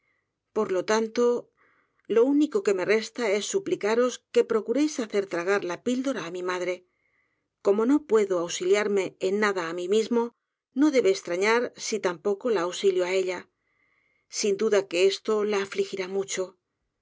por lo tanto lo único que roe resta es suplicaros que procuréis hacer tragar la pildora á mi madre como no puedo ausiliarme en nada á mi mismo no debe estrañarsi tampoco la ausilio á ella sin duda que esto la afligirá mucho